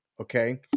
okay